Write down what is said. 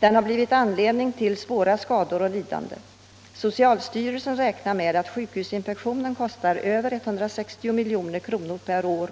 Den har varit anledningen till svåra skador och lidanden. Socialstyrelsen räknar med att sjukhusinfektionen kostar över 160 milj.kr. per år.